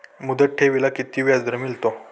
मुदत ठेवीला किती व्याजदर मिळतो?